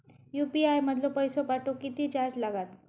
UPI मधलो पैसो पाठवुक किती चार्ज लागात?